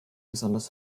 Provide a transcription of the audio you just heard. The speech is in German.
besonders